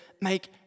make